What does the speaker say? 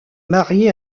marié